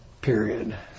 period